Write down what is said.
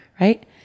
right